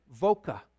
Voca